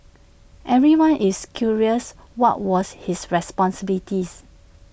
everyone is curious what was his responsibilities